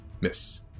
miss